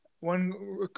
one